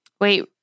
Wait